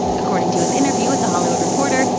according to his interview with the hollywood reporter,